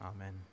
Amen